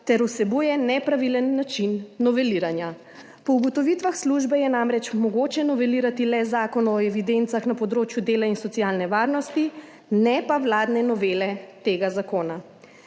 ter vsebuje nepravilen način noveliranja. Po ugotovitvah službe je namreč mogoče novelirati le Zakon o evidencah na področju dela in socialne varnosti, ne pa vladne novele tega zakona.